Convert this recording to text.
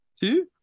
two